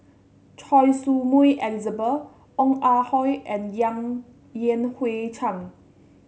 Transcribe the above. Choy Su Moi Elizabeth Ong Ah Hoi and Yang Yan Hui Chang